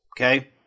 okay